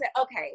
okay